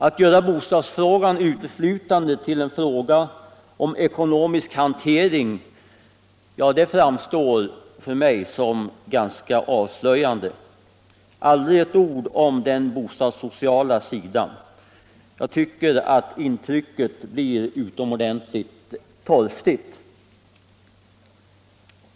Att göra bostadsfrågan till uteslutande en fråga om ekonomisk hantering framstår för mig som ganska avslöjande. Aldrig ett ord om den bostadssociala sidan. Jag tycker att intrycket blir utomordentligt torftigt.